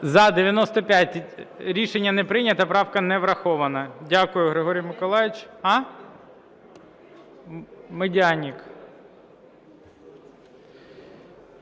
За-95 Рішення не прийнято. Правка не врахована.